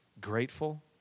grateful